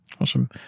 Awesome